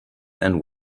and